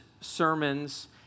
sermons